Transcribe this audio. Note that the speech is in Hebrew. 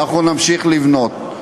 ואנחנו נמשיך לבנות.